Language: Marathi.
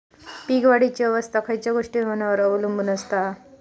पीक वाढीची अवस्था खयच्या गोष्टींवर अवलंबून असता?